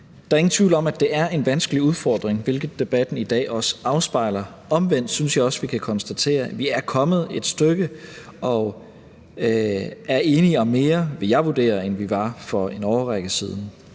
Der er ingen tvivl om, at det er en vanskelig udfordring, hvilket debatten i dag også afspejler. Omvendt synes jeg også, vi kan konstatere, at vi er kommet et stykke ad vejen og er – vil jeg vurdere – enige om mere, end vi var for en årrække siden.